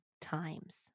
times